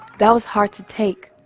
that was hard to take.